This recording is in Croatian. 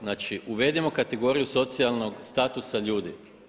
Znači uvedimo kategoriju socijalnog statusa ljudi.